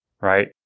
Right